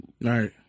Right